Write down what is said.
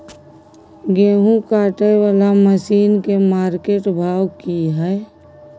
गेहूं काटय वाला मसीन के मार्केट भाव की हय?